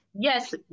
Yes